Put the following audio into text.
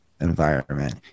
environment